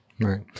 Right